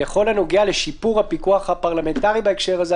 בכל הנוגע לשיפור הפיקוח הפרלמנטרי בהקשר הזה,